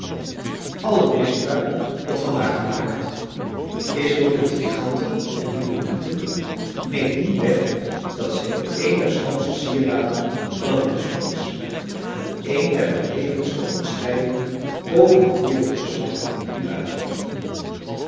al het misbruik dat van haar gemaakt is door intriganten en hypocrieten neemt niet weg dat zij een der schoonste sieraden van het menschdom is en een der verhevenste onderscheidingen boven het dierengeslacht doet uitkomen